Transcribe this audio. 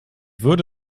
würde